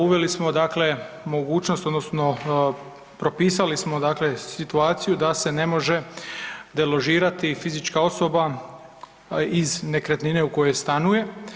Uveli smo dakle mogućnost odnosno propisali smo dakle situaciju da se ne može deložirati fizička osoba iz nekretnine u kojoj stanuje.